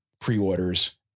pre-orders